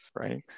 right